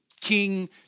King